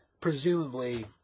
presumably